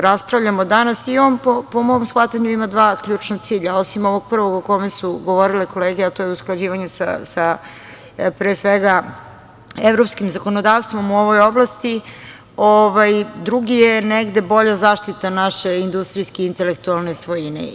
Raspravljamo danas i on po mom shvatanju ima dva ključna cilja, osim ovog prvog o kojem su govorile kolege a to je usklađivanje sa, pre svega, evropskim zakonodavstvom u ovoj oblasti, drugi je negde, bolja zaštita naše industrijske intelektualne svojine.